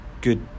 good